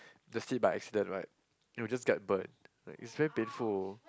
the seat by accident right it will just get burn like is very painful